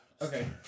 Okay